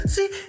See